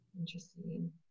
interesting